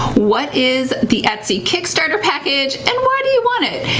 what is the etsy kickstarter package, and why do you want it?